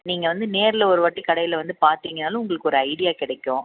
நீங்கள் வந்து நேரில் ஒருவாட்டி கடையில் வந்து பார்த்தீங்கனாலும் உங்களுக்கு ஒரு ஐடியா கிடைக்கும்